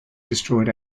destroyed